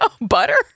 Butter